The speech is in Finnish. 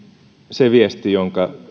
se viesti jonka